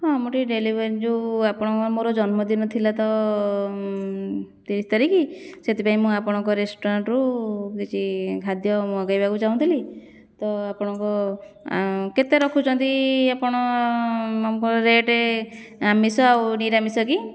ହଁ ମୁଁ ଟିକିଏ ଡେଲିଭରି ଯେଉଁ ଆପଣ ମୋର ଜନ୍ମଦିନ ଥିଲା ତ ତିରିଶ ତାରିଖ ସେଥିପାଇଁ ମୁଁ ଆପଣଙ୍କ ରେଷ୍ଟୁରାଣ୍ଟରୁ କିଛି ଖାଦ୍ୟ ମଗାଇବାକୁ ଚାହୁଁଥିଲି ତ ଆପଣଙ୍କ କେତେ ରଖୁଛନ୍ତି ଆପଣ ରେଟେ ଆମିଷ ଆଉ ନିରାମିଷ କି